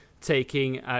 taking